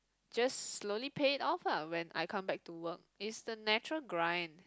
just slowly pay it off lah when I come back to work it's the natural grind